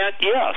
yes